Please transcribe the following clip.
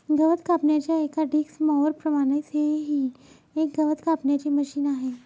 गवत कापण्याच्या एका डिक्स मॉवर प्रमाणेच हे ही एक गवत कापण्याचे मशिन आहे